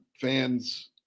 fans